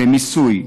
במיסוי,